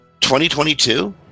2022